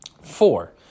Four